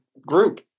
group